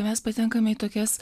mes patenkame į tokias